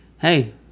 Hey